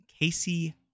Casey